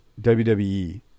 WWE